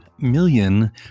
million